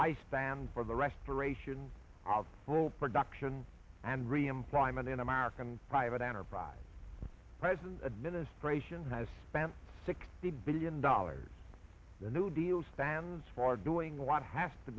stand for the restoration of all production and reemployment in american private enterprise present administration has spent sixty billion dollars the new deal stands for doing what has to